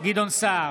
גדעון סער,